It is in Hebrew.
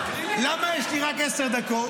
למה יש לי רק עשר דקות?